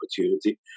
opportunity